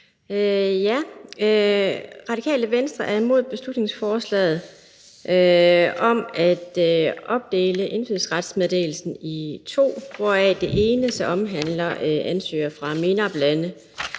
Radikale Venstre er imod beslutningsforslaget om at opdele indfødsretsmeddelelsen i to, hvoraf det ene så omhandler ansøgere fra MENAP-lande.